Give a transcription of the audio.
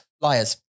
liars